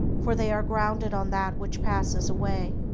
for they are grounded on that which passes away.